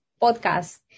podcast